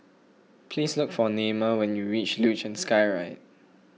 please look for Naima when you reach Luge and Skyride